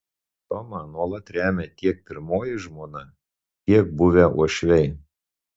tomą nuolat remia tiek pirmoji žmona tiek buvę uošviai